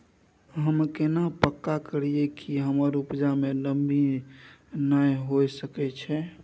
हम केना पक्का करियै कि हमर उपजा में नमी नय होय सके छै?